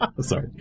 Sorry